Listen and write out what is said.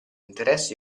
interessi